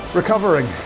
recovering